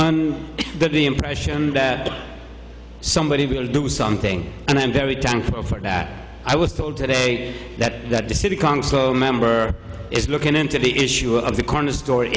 that the impression that somebody will do something and i am very thankful for that i was told today that that to city council member is looking into the issue of the corner store